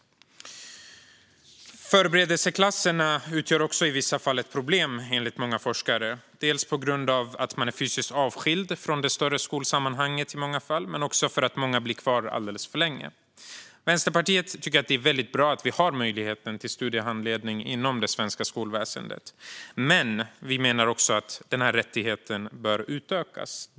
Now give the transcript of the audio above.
Förberedelseklasserna utgör i vissa fall ett problem enligt många forskare, dels på grund av att man i många fall är fysiskt avskild från det större skolsammanhanget, dels för att många blir kvar där alldeles för länge. Vänsterpartiet tycker att det är väldigt bra att vi har möjlighet till studiehandledning inom det svenska skolväsendet, men vi menar att den här rättigheten bör utökas.